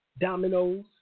dominoes